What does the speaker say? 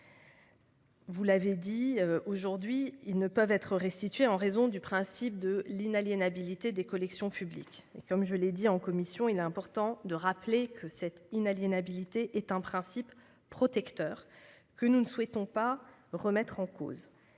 vous l'avez dit, ils ne peuvent pour l'instant être restitués en raison du principe de l'inaliénabilité des collections publiques. Comme je l'ai précisé en commission, il est important de rappeler que cette inaliénabilité est un principe protecteur que nous ne souhaitons pas remettre en cause.